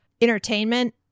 entertainment